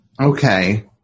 Okay